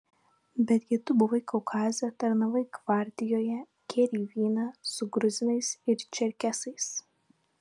betgi tu buvai kaukaze tarnavai gvardijoje gėrei vyną su gruzinais ir čerkesais